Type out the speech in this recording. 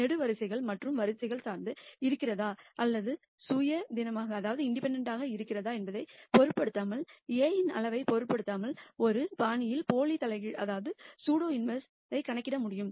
காலம்கள் மற்றும் ரௌஸ்கள் சார்ந்து இருக்கிறதா அல்லது இண்டிபெண்டன்ட் இருக்கிறதா என்பதைப் பொருட்படுத்தாமல் A இன் அளவைப் பொருட்படுத்தாமல் ஒரு பாணியில் சூடோ இன்வெர்ஸ் கணக்கிட முடியும்